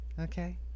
okay